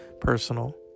personal